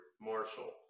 Marshall